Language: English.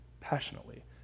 passionately